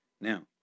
Now